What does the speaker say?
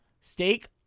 Steak